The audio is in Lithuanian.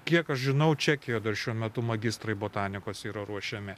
kiek aš žinau čekijoje dar šiuo metu magistrai botanikos yra ruošiami